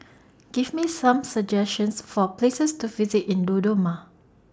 Give Me Some suggestions For Places to visit in Dodoma